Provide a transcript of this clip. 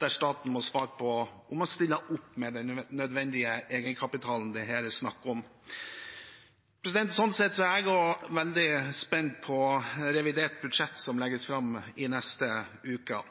der staten må svare på om de stiller opp med den nødvendige egenkapitalen det her er snakk om. Sånn sett er jeg også veldig spent på revidert budsjett, som legges fram i neste uke.